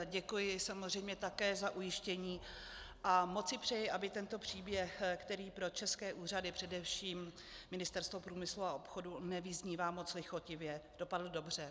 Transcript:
Děkuji samozřejmě také za ujištění a moc si přeji, aby tento příběh, který pro české úřady, především Ministerstvo průmyslu a obchodu, nevyznívá moc lichotivě, dopadl dobře.